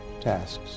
tasks